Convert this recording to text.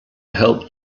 help